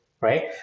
right